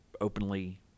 openly